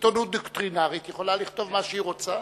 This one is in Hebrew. עיתונות דוקטרינרית יכולה לכתוב מה שהיא רוצה.